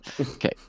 okay